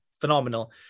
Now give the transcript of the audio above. phenomenal